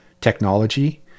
technology